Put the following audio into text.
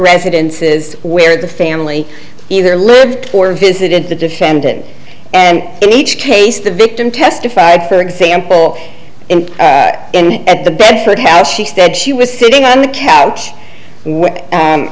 residences where the family either lived or visited the defendant and in each case the victim testified for example at the bedford house she said she was sitting on the couch